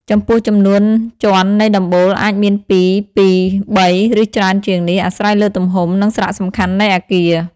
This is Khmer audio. ចំពោះចំនួនជាន់នៃដំបូលអាចមានពីពីរ បី ឬច្រើនជាងនេះ អាស្រ័យលើទំហំ និងសារៈសំខាន់នៃអគារ។